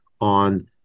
on